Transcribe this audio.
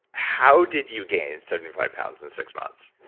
how did you gain seventy five pounds in six months?